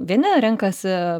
vieni renkasi